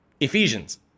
Ephesians